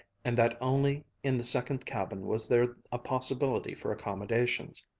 and that only in the second cabin was there a possibility for accommodations.